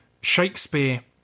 Shakespeare